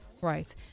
right